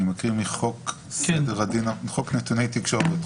אני קורא מחוק נתוני תקשורת,